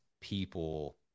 people